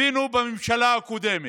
הבינו בממשלה הקודמת,